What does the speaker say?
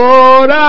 Lord